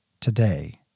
today